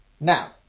Now